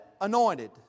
anointed